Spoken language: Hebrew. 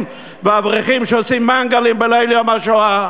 ואברכים שעושים מנגלים בליל יום השואה.